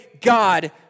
God